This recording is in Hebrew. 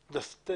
ויפעל.